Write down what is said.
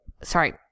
sorry